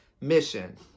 mission